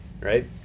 right